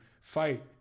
fight